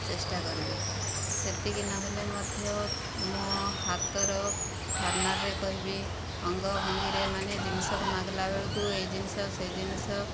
ଚେଷ୍ଟା କରିବି ସେତିକି ନହେଲେ ମଧ୍ୟ ମୁଁ ହାତର ଠାରିନାରରେ କହିବି ଅଙ୍ଗ ଭଙ୍ଗୀରେ ମାନେ ଜିନିଷକୁ ମାଗିଲା ବେଳକୁ ଏହି ଜିନିଷ ସେହି ଜିନିଷ